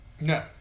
No